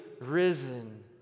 risen